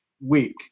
week